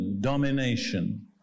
domination